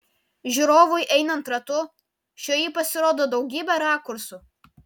žiūrovui einant ratu šioji pasirodo daugybe rakursų